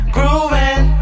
Grooving